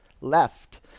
left